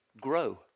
grow